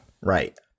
Right